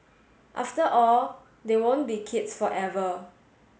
after all they won't be kids forever